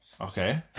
Okay